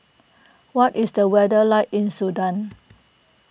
what is the weather like in Sudan